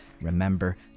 Remember